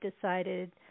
decided